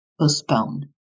postpone